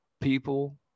people